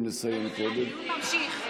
אם נסיים קודם, נסיים קודם.